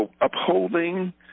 upholding